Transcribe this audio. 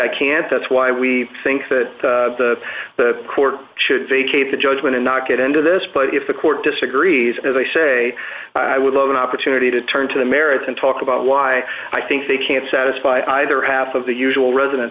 i can't that's why we think that the court should vacate the judgment and not get into this but if the court disagrees as i say i would love an opportunity to turn to the merits and talk about why i think they can satisfy either half of the usual resident